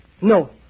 No